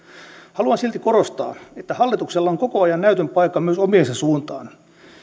haluan silti korostaa että hallituksella on koko ajan näytön paikka myös omiensa suuntaan